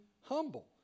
humble